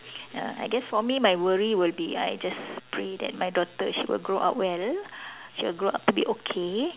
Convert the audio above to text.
ah I guess for me my worry would be I just pray that my daughter she will grow up well she will grow up to be okay